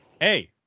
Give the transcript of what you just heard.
Hey